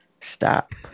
stop